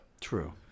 True